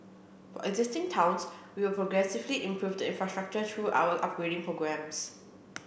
for existing towns we will progressively improve the infrastructure through our upgrading programmes